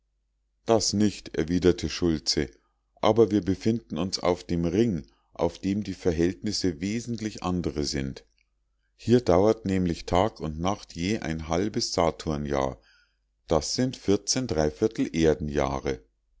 das nicht erwiderte schultze aber wir befinden uns auf dem ring auf dem die verhältnisse wesentlich andre sind hier dauert nämlich tag und nacht je ein halbes saturnjahr das sind